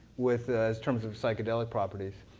with as terms of psychedelic properties.